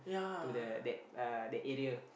to the that uh that area